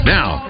Now